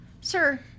sir